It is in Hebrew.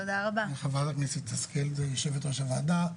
תודה רבה לחברת הכנסת השכל, יושבת-ראש הוועדה.